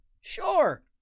Sure